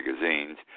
magazines